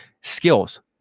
skills